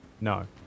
no